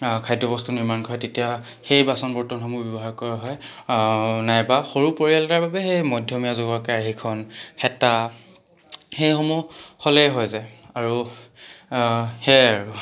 খাদ্য বস্তু নিৰ্মাণ হয় তেতিয়া সেই বাচন বৰ্তনসমূহ ব্যৱহাৰ কৰা হয় নাইবা সৰু পৰিয়াল এটাৰ বাবে সেই মধ্যমীয়া জোখৰ কেৰাহীখন হেতা সেইসমূহ হ'লেই হৈ যায় আৰু সেয়াই আৰু